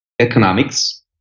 economics